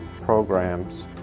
programs